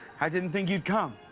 i didn't think you'd come.